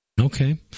Okay